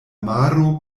maro